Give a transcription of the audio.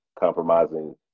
compromising